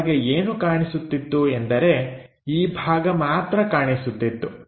ನಮಗೆ ಏನು ಕಾಣಿಸುತ್ತಿತ್ತು ಎಂದರೆ ಈ ಭಾಗ ಮಾತ್ರ ಕಾಣಿಸುತ್ತಿತ್ತು